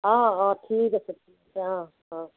অঁ অঁ ঠিক আছে ঠিক আছে অঁ অঁ